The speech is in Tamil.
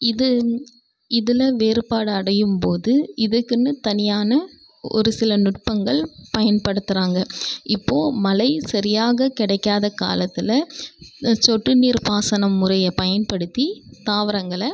இது இதில் வேறுபாடு அடையும்போது இதுக்குன்னு தனியான ஒரு சில நுட்பங்கள் பயன்படுத்துகிறாங்க இப்போது மழை சரியாக கிடைக்காத காலத்தில் இந்த சொட்டு நீர் பாசனம் முறையை பயன்படுத்தி தாவரங்களை